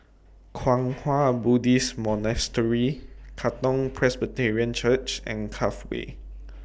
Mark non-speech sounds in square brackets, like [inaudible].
[noise] Kwang Hua Buddhist Monastery Katong Presbyterian Church and Cove Way